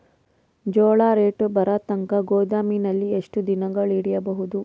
ಜೋಳ ರೇಟು ಬರತಂಕ ಗೋದಾಮಿನಲ್ಲಿ ಎಷ್ಟು ದಿನಗಳು ಯಿಡಬಹುದು?